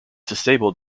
disabled